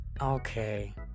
Okay